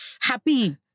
happy